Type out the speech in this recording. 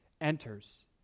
enters